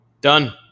done